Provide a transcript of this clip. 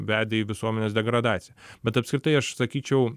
vedė į visuomenės degradaciją bet apskritai aš sakyčiau